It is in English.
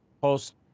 Post